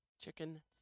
Chicken